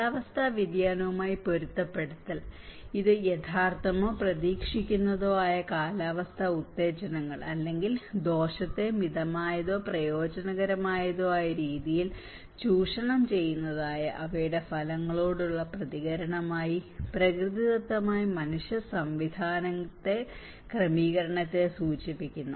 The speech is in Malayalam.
കാലാവസ്ഥാ വ്യതിയാനവുമായി പൊരുത്തപ്പെടൽ ഇത് യഥാർത്ഥമോ പ്രതീക്ഷിക്കുന്നതോ ആയ കാലാവസ്ഥാ ഉത്തേജനങ്ങൾ അല്ലെങ്കിൽ ദോഷത്തെ മിതമായതോ പ്രയോജനകരമായ അവസരങ്ങൾ ചൂഷണം ചെയ്യുന്നതോ ആയ അവയുടെ ഫലങ്ങളോടുള്ള പ്രതികരണമായി പ്രകൃതിദത്തമായ മനുഷ്യ സംവിധാനങ്ങളിലെ ക്രമീകരണത്തെ സൂചിപ്പിക്കുന്നു